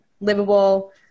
livable